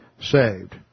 saved